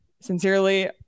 Sincerely